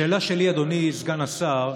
השאלה שלי, אדוני סגן השר: